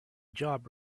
job